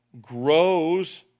grows